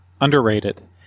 Underrated